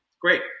Great